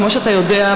כמו שאתה יודע,